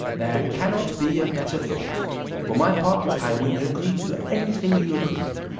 there cannot be a better thought for my part, i will agree to any thing you approve.